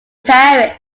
paris